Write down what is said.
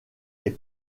les